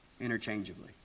interchangeably